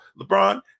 LeBron